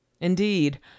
Indeed